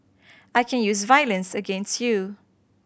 I can use violence against you